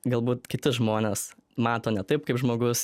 galbūt kiti žmonės mato ne taip kaip žmogus